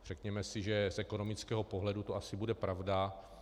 Řekněme si, že z ekonomického pohledu to asi bude pravda.